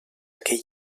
que